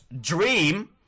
dream